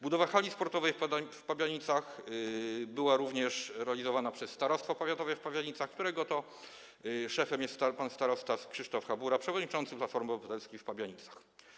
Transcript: Budowa hali sportowej w Pabianicach również była realizowana przez Starostwo Powiatowe w Pabianicach, którego to szefem jest pan starosta Krzysztof Habura, przewodniczący Platformy Obywatelskiej w Pabianicach.